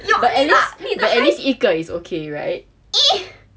but at least but at least 一个 is okay right